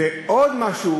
ולא רק זה,